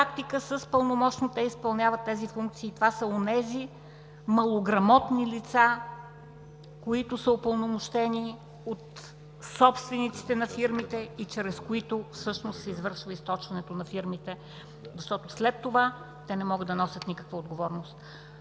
това са онези малограмотни лица, които са упълномощени от собствениците на фирмите и чрез които всъщност се извършва източването на фирмите. Защото след това те не могат да носят никаква отговорност.